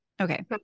Okay